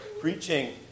preaching